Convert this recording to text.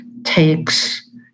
takes